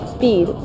Speed